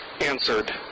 answered